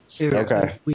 Okay